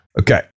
Okay